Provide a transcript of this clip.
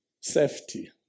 Safety